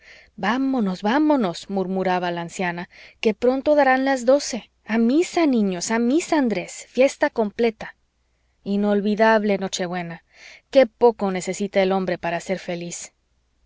vámonos vámonos murmuraba la anciana que pronto darán las doce a misa niños a misa andrés fiesta completa inolvidable noche buena qué poco necesita el hombre para ser feliz